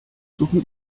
suchen